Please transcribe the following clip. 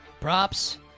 Props